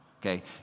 okay